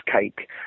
cake